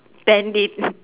pandit